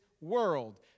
world